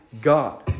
God